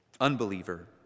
unbeliever